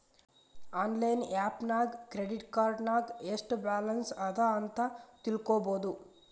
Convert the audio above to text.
online app ನಾಗ್ credit card ನಾಗ್ ಎಸ್ಟ್ ಬ್ಯಾಲನ್ಸ್ ಅದಾ ಅಂತ್ ತಿಳ್ಕೊಬೋದು